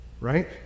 right